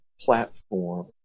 platform